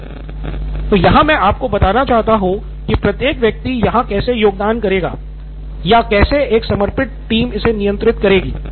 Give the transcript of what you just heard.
नितिन कुरियन तो यहाँ मैं आपको बताना चाहूँगा की प्रत्येक व्यक्ति यहाँ कैसे योगदान करेगा या कैसे एक समर्पित टीम इसे नियंत्रित करेगी